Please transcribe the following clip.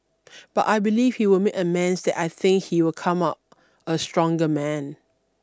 but I believe he will make amends that I think he will come out a stronger man